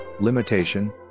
limitation